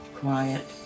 quiet